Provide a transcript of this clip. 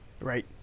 right